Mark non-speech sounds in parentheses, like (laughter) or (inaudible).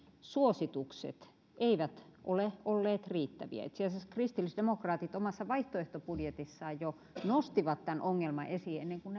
suositukset eivät ole olleet riittäviä itse asiassa kristillisdemokraatit jo omassa vaihtoehtobudjetissaan nostivat tämän ongelman esiin ennen kuin (unintelligible)